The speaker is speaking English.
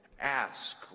ask